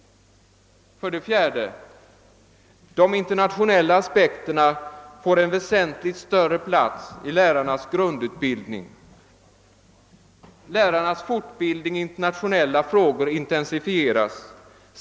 4. De internationella aspekterna får väsentligt större plats i lärarnas grundutbildning. Lärarnas fortbildning i internationella frågor intensifieras.